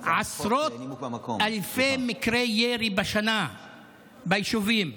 עשרות אלפי מקרי ירי בשנה ביישובים.